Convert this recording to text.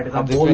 of the